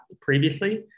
previously